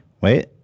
Wait